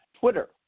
Twitter